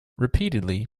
repeatedly